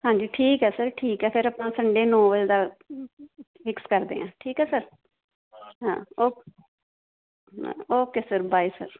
ਹਾਂਜੀ ਠੀਕ ਹੈ ਸਰ ਠੀਕ ਹੈ ਫਿਰ ਆਪਾਂ ਸੰਡੇ ਨੌ ਵਜੇ ਦਾ ਫਿਕਸ ਕਰਦੇ ਹਾਂ ਠੀਕ ਆ ਸਰ ਹਾਂ ਓਕ ਹਾਂ ਓਕੇ ਸਰ ਬਾਏ ਸਰ